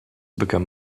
become